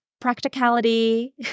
practicality